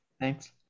Thanks